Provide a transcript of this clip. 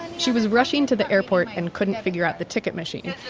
she was rushing to the airport and couldn't figure out the ticket machine.